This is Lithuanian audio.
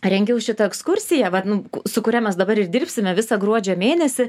rengiau šitą ekskursiją vat nu su kuria mes dabar ir dirbsime visą gruodžio mėnesį